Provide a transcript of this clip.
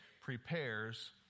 prepares